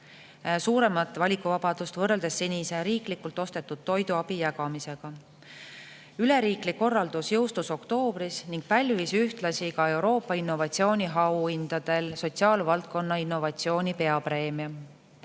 suuremat valikuvabadust võrreldes senise riiklikult ostetud toiduabi jagamisega. Üleriiklik korraldus jõustus oktoobris ning pälvis ühtlasi ka Euroopa innovatsiooniauhindadel sotsiaalvaldkonna innovatsiooni peapreemia.